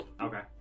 Okay